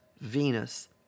Venus